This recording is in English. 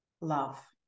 love